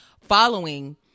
following